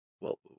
well-